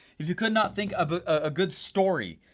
if he could not think up a good story.